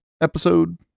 episode